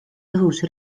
tõhus